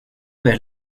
vers